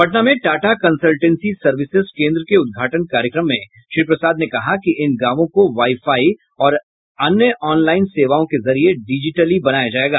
पटना में Tata consultancy services केंद्र के उद्घाटन कार्यक्रम में श्री प्रसाद ने कहा कि इन गांवों को वाई फाई और अन्य ऑन लाइन सेवाओं के जरिए डिजिटली बनाया जाएगा